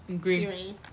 Green